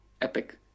epic